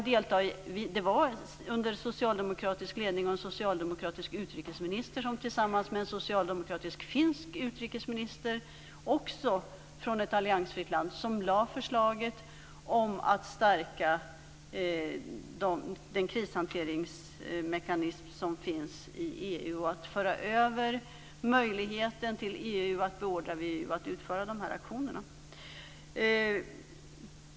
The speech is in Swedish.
Det var under ledning av en socialdemokratisk utrikesminister - tillsammans med en socialdemokratisk finsk utrikesminister, också från ett alliansfritt land - som förslaget lades fram om att stärka den krishanteringsmekanism som finns i EU och föra över möjligheten till EU att beordra VEU att utföra aktionerna.